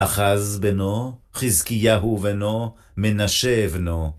אחז בנו, חזקיהו בנו, מנשה בנו.